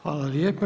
Hvala lijepo.